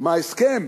ההסכם